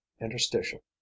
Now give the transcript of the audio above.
interstitial